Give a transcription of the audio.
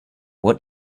what